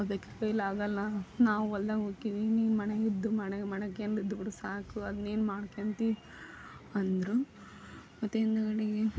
ಅದು ಕೈಲಾಗಲ್ಲ ನಾವು ಹೊಲ್ದಾಗೆ ಹೊಕ್ಕೇವಿ ನೀನು ಮನೆಗಿದ್ದು ಮಣೆಗಿದ್ದು ಮಡ್ಕೊಂಡು ಇದ್ಬಿಡು ಸಾಕು ಅದ್ನೇನು ಮಾಡ್ಕೊಳ್ತಿ ಅಂದರು ಮತ್ತು ಹಿಂದ್ಗಡೆಗೆ